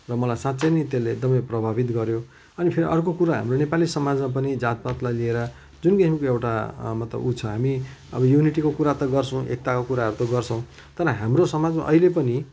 मलाई साँच्चै नै त्यसले एकदमै प्रभावित गर्यो अनि फेरि अर्को कुरो हाम्रो नेपाली समाजमा पनि जातपातलाई लिएर जुन किसिमको एउटा मतलब उयो छ हामी अब युनिटीको कुरा त गर्छौँ एकताको कुराहरू त गर्छौँ तर हाम्रो समाजमा अहिले पनि